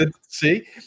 see